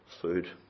food